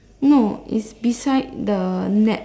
no it's beside the net